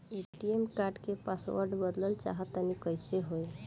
ATM card क password बदलल चाहा तानि कइसे होई?